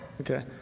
Okay